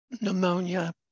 pneumonia